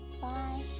Bye